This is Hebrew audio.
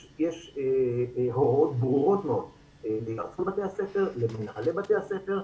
יש הוראות ברורות מאוד למנהלי בתי הספר,